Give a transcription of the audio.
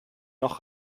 noch